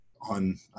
on